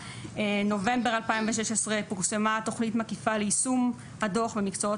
נובמבר 2016 פורסמה תוכנית מקיפה ליישום הדוח במקצועות